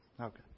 Okay